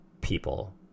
people